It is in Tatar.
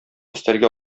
өстәлгә